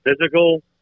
physical